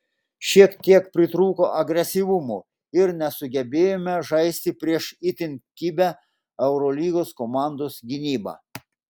šiek tiek pritrūko agresyvumo ir nesugebėjome žaisti prieš itin kibią eurolygos komandos gynybą